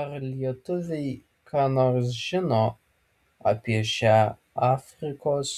ar lietuviai ką nors žino apie šią afrikos